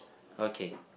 okay